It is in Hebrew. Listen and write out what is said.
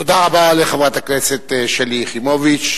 תודה רבה לחברת הכנסת שלי יחימוביץ.